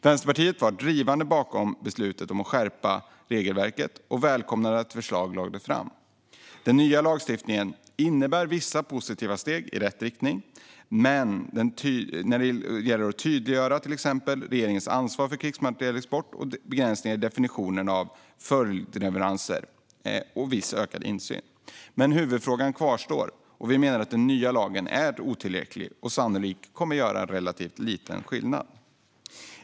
Vänsterpartiet var drivande bakom beslutet att skärpa regelverket och välkomnade att ett förslag lades fram. Den nya lagstiftningen innebär vissa positiva steg i rätt riktning, till exempel när det gäller att tydliggöra regeringens ansvar för krigsmaterielexporten och en begränsning av definitionen av följdleveranser och viss ökad insyn i exporten. Huvudfrågan kvarstår dock, och vi menar att den nya lagen är otillräcklig och sannolikt kommer att göra relativt liten skillnad.